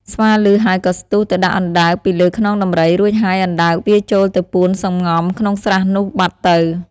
ស្វាឮហើយក៏ស្ទុះទៅដាក់អណ្ដើកពីលើខ្នងដំរី រួចហើយអណ្ដើកវារចូលទៅពួនសម្ងំក្នុងស្រះនោះបាត់ទៅ។